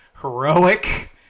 heroic